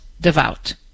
devout